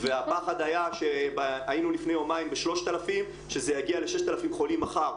הפחד היה שהיינו לפני יומיים ב-3,000 שזה יגיע ל-6,000 חולים מחר.